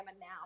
now